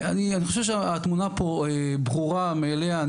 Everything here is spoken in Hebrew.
אני חושב שהתמונה פה ברורה מאליה,